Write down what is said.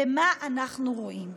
ומה אנחנו רואים?